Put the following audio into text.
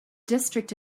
district